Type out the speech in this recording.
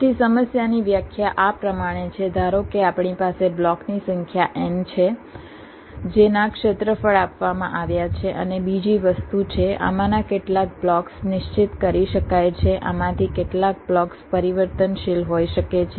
તેથી સમસ્યાની વ્યાખ્યા આ પ્રમાણે છે ધારો કે આપણી પાસે બ્લોકની સંખ્યા n છે જેના ક્ષેત્રફળ આપવામાં આવ્યા છે અને બીજી વસ્તુ છે આમાંના કેટલાક બ્લોક્સ નિશ્ચિત કરી શકાય છે આમાંથી કેટલાક બ્લોક્સ પરિવર્તનશીલ હોઈ શકે છે